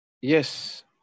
Yes